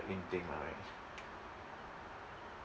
in thing lah right